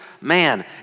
man